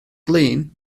glin